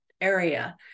area